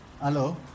Hello